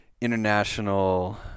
international